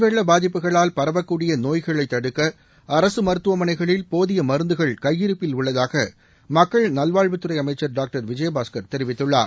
வெள்ள பாதிப்புகளால் பரவக்கூடிய நோய்களைத் தடுக்க அரசு மருத்துவமனைகளில் போதிய மருந்துகள் கையிருப்பில் உள்ளதாக மக்கள் நல்வாழ்வுத்துறை அமைச்சர் டாக்டர் விஜயபாஸ்கர் தெரிவித்துள்ளார்